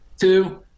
Two